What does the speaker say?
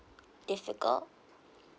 difficult